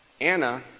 Anna